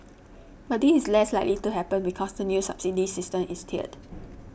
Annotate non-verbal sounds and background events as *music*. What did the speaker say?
but this is *noise* less likely to happen because the new subsidy system is tiered